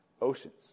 oceans